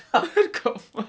kat mars